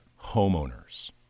Homeowners